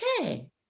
okay